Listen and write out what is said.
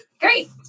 Great